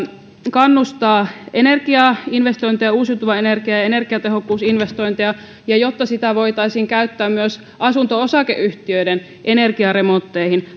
kannustaa investointeja uusiutuvaan energiaan ja energiatehokkuuteen ja että sitä voitaisiin käyttää myös asunto osakeyhtiöiden energiaremontteihin